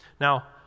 Now